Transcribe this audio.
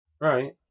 right